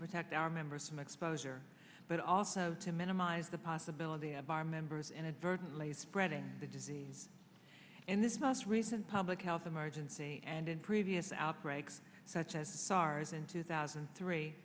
protect our members from exposure but also to minimize the possibility of our members inadvertently spreading the disease in this most recent public health emergency and in previous outbreaks such as sars in two thousand and three